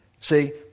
See